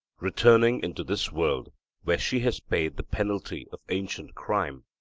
returning into this world when she has paid the penalty of ancient crime,